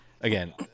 again